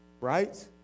right